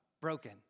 Broken